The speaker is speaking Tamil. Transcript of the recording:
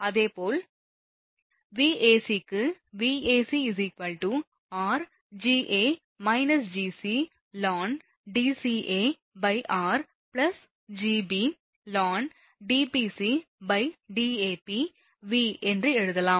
அதேபோல் Vac க்கு Vac r ln Dcar Gb ln DbcDab V என்று எழுதலாம்